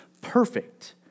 perfect